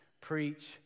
preach